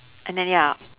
and then ya